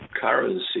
currency